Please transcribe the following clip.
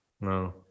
No